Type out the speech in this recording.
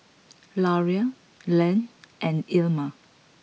Larae Leah and Ilma